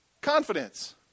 confidence